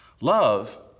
Love